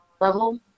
level